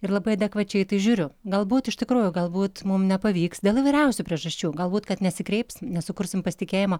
ir labai adekvačiai į tai žiūriu galbūt iš tikrųjų galbūt mum nepavyks dėl įvairiausių priežasčių galbūt kad nesikreips nesukursim pasitikėjimo